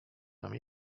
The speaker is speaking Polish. tam